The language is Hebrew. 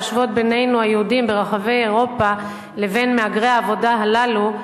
להשוות בינינו היהודים ברחבי אירופה לבין מהגרי העבודה הללו,